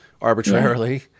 arbitrarily